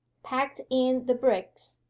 packed in the bricks,